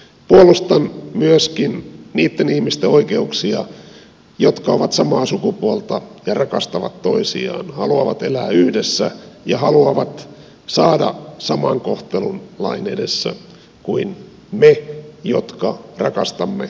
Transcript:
puolustan myöskin niitten ihmisten oikeuksia jotka ovat samaa sukupuolta ja rakastavat toisiaan haluavat elää yhdessä ja haluavat saada saman kohtelun lain edessä kuin me jotka rakastamme toista sukupuolta